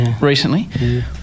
Recently